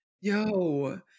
Yo